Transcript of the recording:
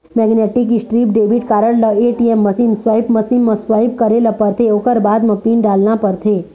magnetic strip debit card ल ATM machine, swipe machine म swipe करे ल परथे ओखर बाद म पिन डालना परथे